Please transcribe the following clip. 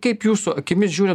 kaip jūsų akimis žiūrint